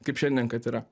kaip šiandien kad yra